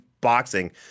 boxing